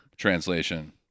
translation